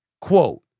Quote